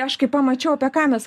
aš kai pamačiau apie ką mes